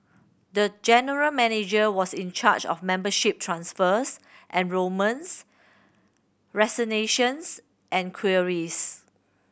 the general manager was in charge of membership transfers enrolments resignations and queries